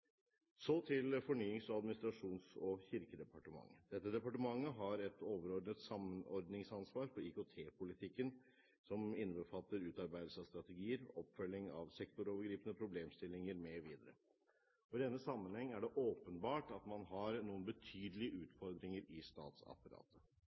Så til Fornyings-, administrasjons- og kirkedepartementet. Dette departementet har et overordnet samordningsansvar for IKT-politikken som innbefatter utarbeidelse av strategier, oppfølging av sektorovergripende problemstillinger mv. Og i denne sammenheng er det åpenbart at man har noen betydelige